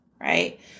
right